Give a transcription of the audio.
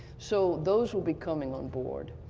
so those will be coming on board.